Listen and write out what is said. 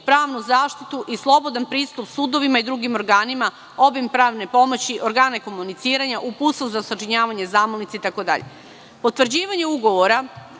pravni zaštitu i slobodan pristup sudovima i drugim organima, obim pravne pomoći, organe komuniciranja, uputstvo za sačinjavanje zamolnica itd.